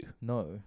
No